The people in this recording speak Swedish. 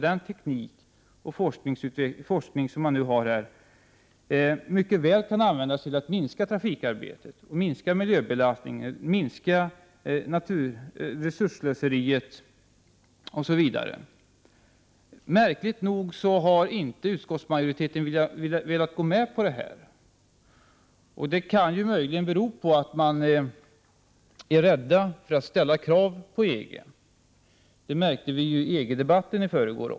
Den teknik och forskning som man nu har kan naturligtvis mycket väl användas till att minska trafikarbetet, minska miljöbelastningen, minska resursslöseriet osv. Märkligt nog har inte utskottsmajoriteten velat gå med på detta. Det kan möjligen bero på att man är rädd för att ställa krav på EG — det märkte vi ju också i EG-debatten i förrgår.